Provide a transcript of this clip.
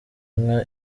inka